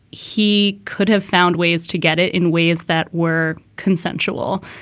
he could have found ways to get it in ways that were consensual.